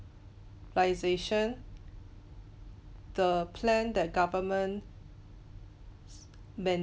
the plan that government